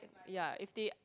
ya if they